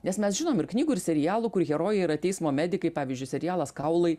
nes mes žinom ir knygų ir serialų kur herojai yra teismo medikai pavyzdžiui serialas kaulai